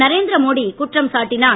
நரேந்திர மோடி குற்றம் சாட்டினார்